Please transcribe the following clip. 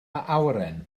awyren